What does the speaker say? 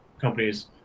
companies